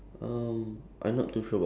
I think ya I think they return back